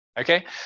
Okay